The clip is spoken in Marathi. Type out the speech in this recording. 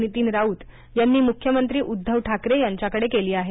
नितीन राऊत यांनी मुख्यमंत्री उद्धव ठाकरे यांच्याकडे केली आहे